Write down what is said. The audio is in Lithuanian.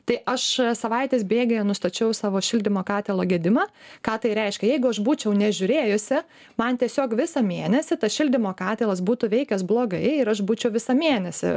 tai aš savaitės bėgyje nustačiau savo šildymo katilo gedimą ką tai reiškia jeigu aš būčiau nežiūrėjusi man tiesiog visą mėnesį tas šildymo katilas būtų veikęs blogai ir aš būčiau visą mėnesį